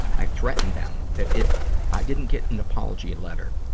i threatened them, that if i didn't get an apology letter,